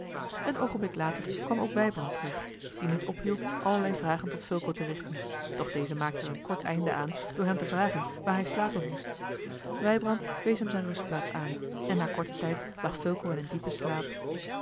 een oogenblik later kwam ook wijbrand terug die niet ophield allerlei vragen tot fulco te richten doch deze maakte er een kort einde aan door hem te vragen waar hij slapen moest wijbrand wees hem zijne rustplaats aan en na korten tijd lag fulco in een diepen slaap